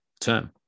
term